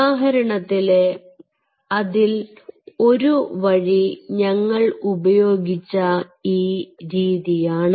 ഉദാഹരണത്തിന് അതിൽ ഒരു വഴി ഞങ്ങൾ ഉപയോഗിച്ച ഈ രീതിയാണ്